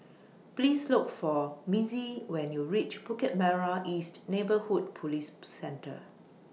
Please Look For Mitzi when YOU REACH Bukit Merah East Neighbourhood Police Centre